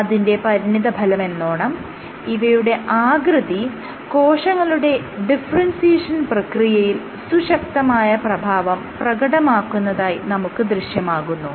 അതിന്റെ പരിണിതഫലമെന്നോണം ഇവയുടെ ആകൃതി കോശങ്ങളുടെ ഡിഫറെൻസിയേഷൻ പ്രക്രിയയിൽ സുശക്തമായ പ്രഭാവം പ്രകടമാക്കുന്നതായി നമുക്ക് ദൃശ്യമാകുന്നു